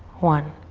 one.